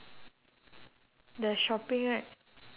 eh why why they tick like parents children